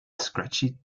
scratchy